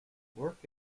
work